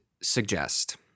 suggest